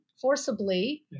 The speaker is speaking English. forcibly